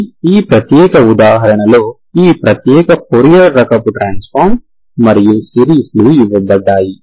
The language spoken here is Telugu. ఇది ఈ ప్రత్యేక ఉదాహరణలో ఈ ప్రత్యేక ఫోరియర్ రకపు ట్రాన్సఫార్మ్ మరియు సిరీస్ లు ఇవ్వబడ్డాయి